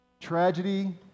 Tragedy